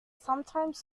sometimes